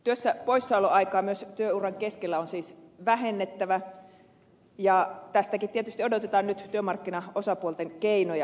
työstä poissaoloaikaa myös työuran keskellä on siis vähennettävä ja tästäkin tietysti odotetaan nyt työmarkkinaosapuolten keinoja